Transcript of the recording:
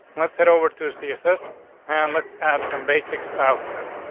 let's head over to css and let's add some basic styles of them.